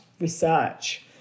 research